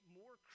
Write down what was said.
more